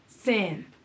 sin